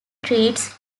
treats